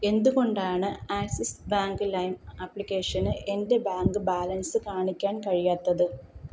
എന്തുകൊണ്ടാണ് Axis bank lime ആപ്ലിക്കേഷന് എൻ്റെ ബാങ്ക് ബാലൻസ് കാണിക്കാൻ കഴിയാത്തത്